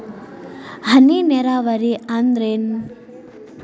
ಹನಿ ನೇರಾವರಿ ಅಂದ್ರೇನ್ರೇ?